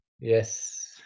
Yes